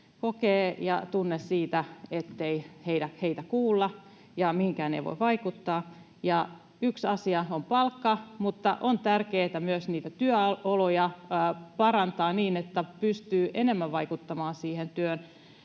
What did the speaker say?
kokee, ja tunne siitä, ettei heitä kuulla ja mihinkään ei voi vaikuttaa. Yksi asia on palkka, mutta on tärkeätä myös niitä työoloja parantaa niin, että pystyy enemmän vaikuttamaan omiin